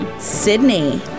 Sydney